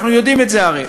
ואנחנו יודעים את זה הרי.